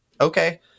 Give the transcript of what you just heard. okay